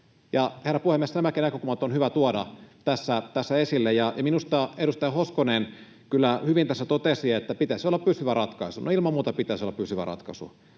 Herra puhemies, nämäkin näkökulmat on hyvä tuoda tässä esille. Minusta edustaja Hoskonen kyllä hyvin tässä totesi, että pitäisi olla pysyvä ratkaisu. No ilman muuta pitäisi olla pysyvä ratkaisu,